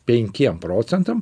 penkiem procentam